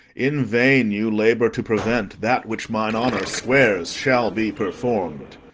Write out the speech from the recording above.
in vain you labour to prevent that which mine honour swears shall be perform'd.